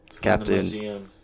Captain